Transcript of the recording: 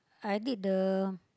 I did the